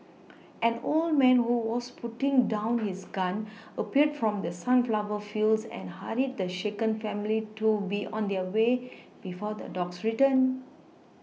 an old man who was putting down his gun appeared from the sunflower fields and hurried the shaken family to be on their way before the dogs return